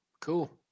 Cool